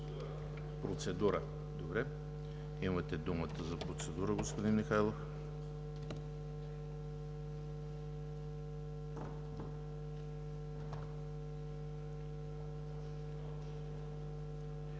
Процедура? Добре, имате думата за процедура, господин Михайлов.